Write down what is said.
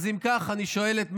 אם כך, אז אני שואל את מנדלבליט: